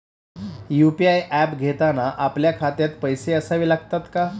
UPI app घेताना आपल्या खात्यात पैसे असावे लागतात का?